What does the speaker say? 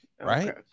right